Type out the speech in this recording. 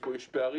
איפה יש פערים,